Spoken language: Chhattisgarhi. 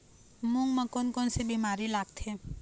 मूंग म कोन कोन से बीमारी लगथे?